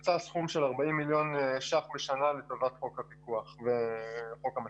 הוקצה סכום של 40 מיליון שקלים בשנה לטובת חוק הפיקוח וחוק המצלמות.